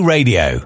Radio